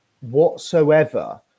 whatsoever